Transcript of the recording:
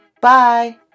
Bye